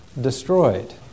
destroyed